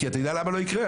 כי אתה יודע למה לא יקרה?